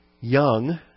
young